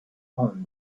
own